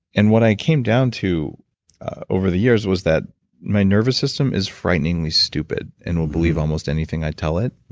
and what i came down to over the years was that my nervous system is frighteningly stupid and will believe almost anything i tell it.